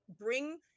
bring